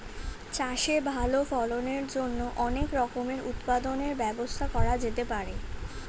চাষে ভালো ফলনের জন্য অনেক রকমের উৎপাদনের ব্যবস্থা করা যেতে পারে